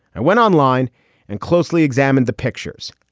i went online and closely examined the pictures.